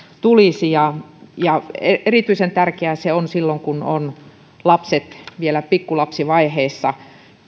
tulisi ja ja erityisen tärkeää se on silloin kun lapset ovat vielä pikkulapsivaiheessa